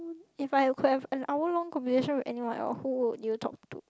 if I have could have an hour long conversation with anyone who would you talk to